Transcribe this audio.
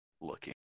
looking